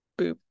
boop